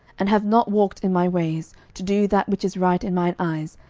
and have not walked in my ways, to do that which is right in mine eyes,